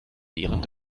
während